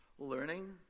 Learning